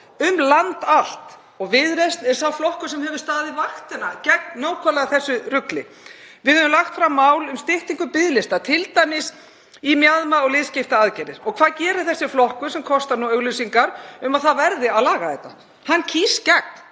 um land allt. Viðreisn er sá flokkur sem hefur staðið vaktina gegn nákvæmlega þessu rugli. Við höfum lagt fram mál um styttingu biðlista, t.d. í mjaðma- og liðskiptaaðgerðir. Og hvað gerir þessi flokkur sem kostar nú auglýsingar um að það verði að laga þetta? Hann kýs gegn